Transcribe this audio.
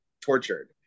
tortured